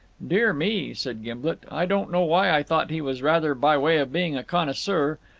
dear me, said gimblet. i don't know why i thought he was rather by way of being a connoisseur.